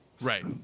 Right